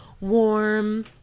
warm